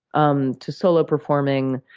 um to solo-performing,